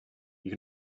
you